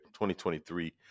2023